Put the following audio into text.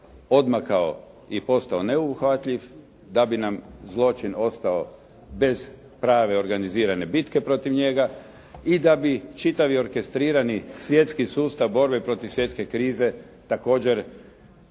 odmakao i postao neuhvatljiv, da bi nam zločin ostao bez prave organizirane bitke protiv njega i da bi čitavi orkestrirani svjetski sustav borbe protiv svjetske krize također